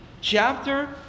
chapter